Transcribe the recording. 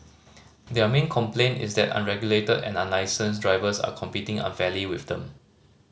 their main complaint is that unregulated and unlicensed drivers are competing unfairly with them